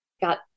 got